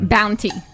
Bounty